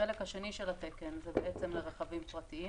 החלק השני של התקן הוא לרכבים פרטיים